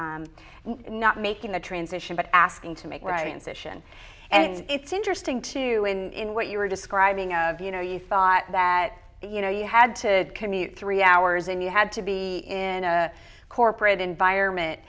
not making the transition but asking to make right incision and it's interesting to in what you were describing a you know you thought that you know you had to commute three hours and you had to be in a corporate environment